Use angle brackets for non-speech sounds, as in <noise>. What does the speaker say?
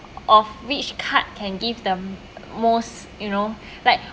of which card can give the most you know <breath> like